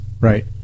Right